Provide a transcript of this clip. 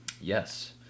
Yes